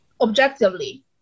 objectively